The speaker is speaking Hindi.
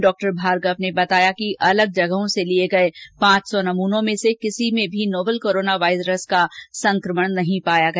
डॉक्टर भार्गव ने बताया कि अलग जगहों से लिये गये पांच सौ नमूनों में से किसी में भी नोवल कोरोना वायरस का संक्रमण नहीं पाया गया